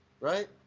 Right